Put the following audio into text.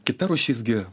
kita rūšis gi